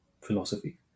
philosophy